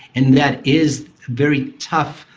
and that is very tough.